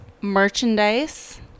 merchandise